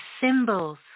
symbols